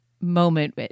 Moment